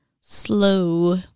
slow